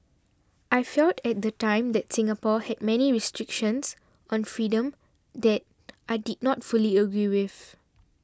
I felt at the time that Singapore had many restrictions on freedom that I did not fully agree with